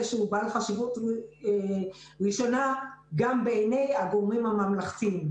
שהוא בעל חשיבות גם בעיני הגורמים הממלכתיים.